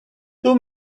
two